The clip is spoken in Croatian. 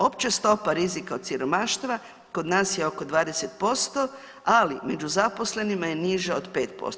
Opća stopa rizika od siromaštva kod nas je oko 20%, ali među zaposlenima je niža od 5%